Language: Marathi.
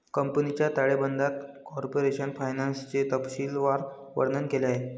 कंपनीच्या ताळेबंदात कॉर्पोरेट फायनान्सचे तपशीलवार वर्णन केले आहे